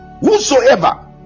whosoever